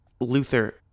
Luther